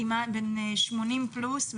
כמעט בן 80 פלוס,